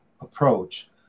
approach